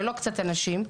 ולא קצת אנשים,